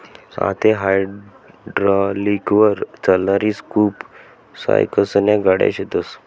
आते हायड्रालिकलवर चालणारी स्कूप चाकसन्या गाड्या शेतस